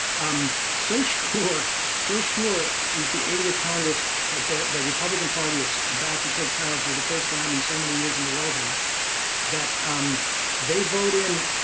um, so sure so sure is the eightieth congress that the republican party is about to take power for the first time in so many years in the white house that um they vote in.